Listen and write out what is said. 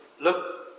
Look